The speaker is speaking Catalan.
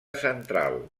central